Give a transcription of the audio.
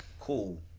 cool